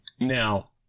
Now